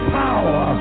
power